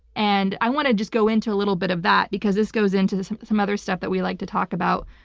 and i want to just go into a little bit of that because this goes into some other stuff that we like to talk about,